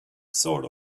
sort